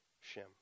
Shem